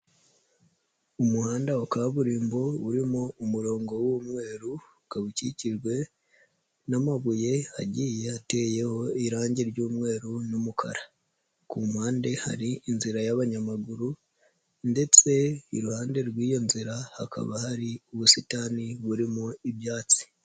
Umuhanda wa kaburimbo urimo umurongo w'umweru ukaba ukikijwe n'amabuye agiye ateyeho irangi ry'umweru n'umukara, ku mpande hari inzira y'abanyamaguru ndetse iruhande rw'iyo nzira hakaba hari ubusitani burimo ibyatsi.